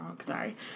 sorry